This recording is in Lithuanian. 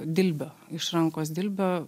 dilbio iš rankos dilbio